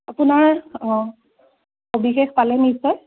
আপোনাৰ সবিশেষ পালে নিশ্চয়